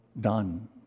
done